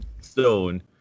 stone